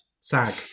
SAG